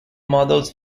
models